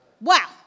Wow